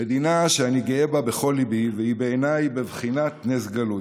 מדינה שאני גאה בה בכל ליבי והיא בעיניי בבחינת נס גלוי.